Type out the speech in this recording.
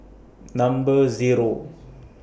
Number Zero